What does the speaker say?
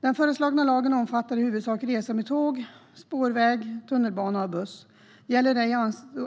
Den föreslagna lagen omfattar i huvudsak resor med tåg, spårvagn, tunnelbana och buss. Den gäller ej